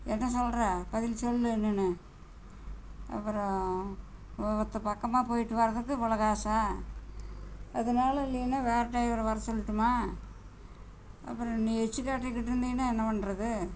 என்ன சொல்லுற பதில் சொல் நீ அப்புறம் ஒவ்வொத்தை பக்கமாக போய்விட்டு வரதுக்கு இவ்வளோ காசா அதனால நீ வேறு டிரைவர் வர சொல்லட்டுமா அப்புறம் நீ எச்சு கேட்டுக்கிட்ருந்தீன்னால் என்ன பண்ணுறது